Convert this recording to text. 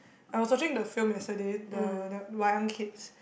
I was watching the film yesterday the the Wayang-Kids